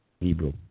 Hebrew